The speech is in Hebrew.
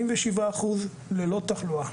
87% ללא תחלואה,